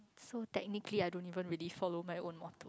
so technically I don't even really follow my own one